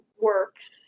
works